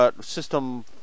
System